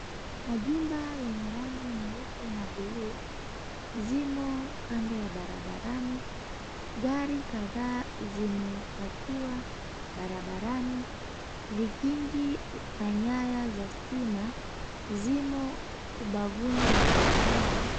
Majumba yenye rangi nyeupe na buluu, zimo kando ya barabarani. Gari kadhaa zimepakiwa barabarani. Vikingi na nyaya za stima zimo ubavuni mwa barabara.